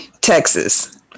Texas